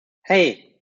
hey